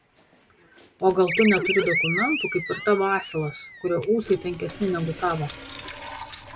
o gal tu neturi dokumentų kaip ir tavo asilas kurio ūsai tankesni negu tavo